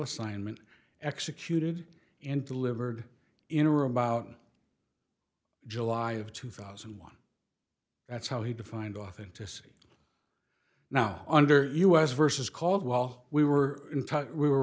assignment executed into livered in or about july of two thousand and one that's how he defined authenticity now under u s versus called while we were in touch we were